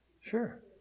Sure